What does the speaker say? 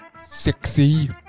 sexy